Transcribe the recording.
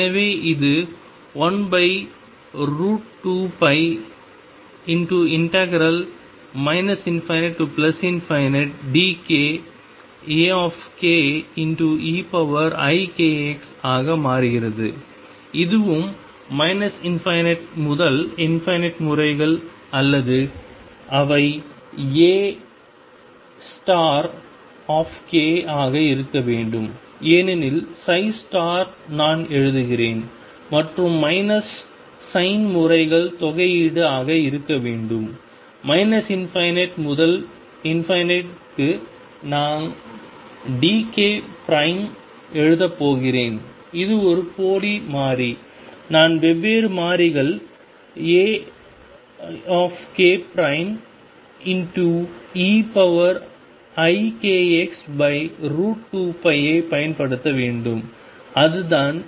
எனவே இது 12π ∞ dk Akeikxஆக மாறுகிறது இதுவும் ∞ முதல் முறைகள் அல்லது அவை Ak ஆக இருக்க வேண்டும் ஏனெனில் நான் எழுதுகிறேன் மற்றும் மைனஸ் சைன் முறைகள் தொகையீடு ஆக இருக்க வேண்டும் ∞ முதல் க்கு நான்dk பிரைம் எழுதப் போகிறேன் இது ஒரு போலி மாறி நான் வெவ்வேறு மாறிகள் Akeikx2π ஐப் பயன்படுத்த வேண்டும் அதுதான்